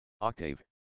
Octave